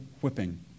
whipping